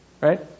right